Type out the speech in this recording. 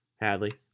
Hadley